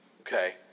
Okay